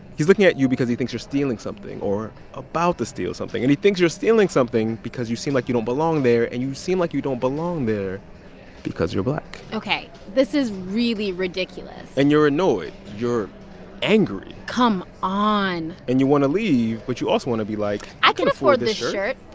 he's looking at you because he thinks you're stealing something or about to steal something, and he thinks you're stealing something because you seem like you don't belong there, and you seem like you don't belong there because you're black ok. this is really ridiculous and you're annoyed. you're angry come on and you want to leave, but you also want to be like. i can afford this shirt,